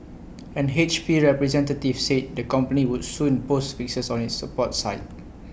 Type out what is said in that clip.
an H P representative said the company would soon post fixes on its support site